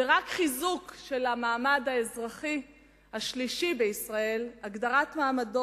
ורק חיזוק המעמד האזרחי השלישי בישראל והגדרת מעמדו